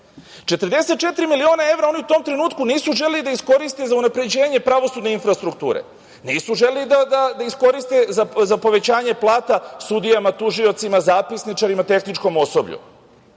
44 miliona evra. Oni u tom trenutku nisu želeli da iskoriste 44 miliona evra za unapređenje pravosudne infrastrukture. Nisu želeli da iskoriste za povećanje plata sudijama, tužiocima, zapisničarima, tehničkom osoblju,